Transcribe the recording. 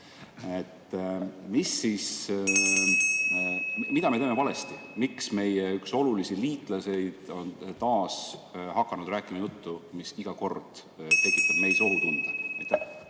kella.) Mida me teeme valesti? Miks üks meie olulisi liitlasi on taas hakanud rääkima juttu, mis iga kord tekitab meis ohutunde?